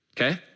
Okay